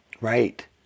Right